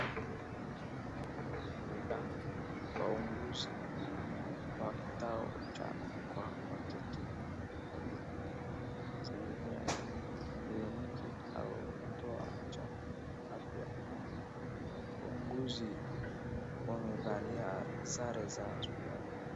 Kundi la wauguzi wa kitao cha watoto katika mazingira ya kiliniki au kituo cha afya. Wauguzi wamevalia sare za hospitali.